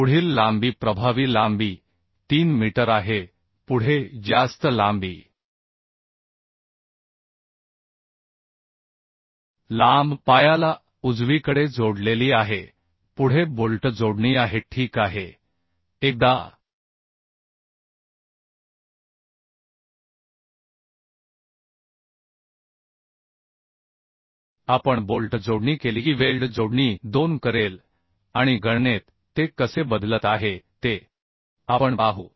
पुढील लांबी प्रभावी लांबी 3 मीटर आहे पुढे ज्यास्त लांबी लांब पायाला जोडलेली आहे पुढे बोल्ट जोडणी आहे ठीक आहे एकदा आपण बोल्ट जोडणी केली की वेल्ड जोडणी दोन करेल आणि गणनेत ते कसे बदलत आहे ते आपण पाहू